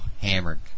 hammered